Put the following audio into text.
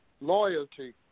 Loyalty